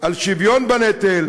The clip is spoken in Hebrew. על שוויון בנטל,